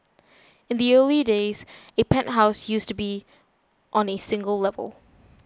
in the early days a penthouse used to be on a single level